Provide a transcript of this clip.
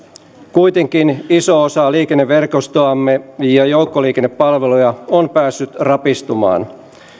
kuitenkin iso osa liikenneverkostoamme ja joukkoliikennepalveluja on päässyt rapistumaan